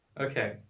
Okay